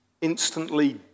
instantly